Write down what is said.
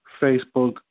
Facebook